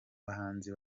bahanzi